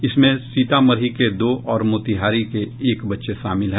इनमें सीतामढ़ी के दो और मोतिहारी के एक बच्चे शामिल है